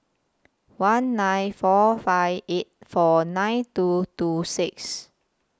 one nine four five eight four nine two two six